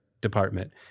department